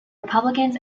republicans